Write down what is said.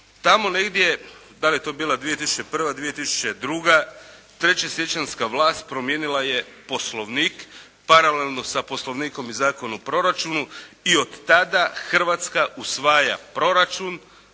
Tamo negdje, da li je to bila 2001., 2002. 3. siječanjska vlast promijenila je poslovnik, paralelno sa poslovnikom i Zakon o proračunu i od tada Hrvatska usvaja proračun